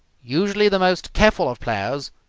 usually the most careful of players,